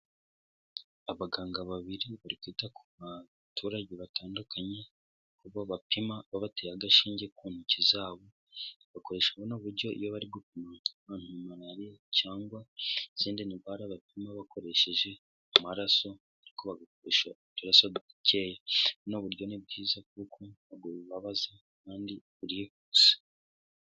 Abaganga babiri barikwita ku baturage batandukanye, abo bapima babateye agashinge ku ntoki zabo, bakoresha buno buryo iyo bari gupima abantu Malariya cyangwa izindi ndwara bapima bakoresheje amaraso, ariko bagakoresha uturaso dukeya. Buno buryo ni bwiza kuko ntabwo bubabaza kandi burihuse.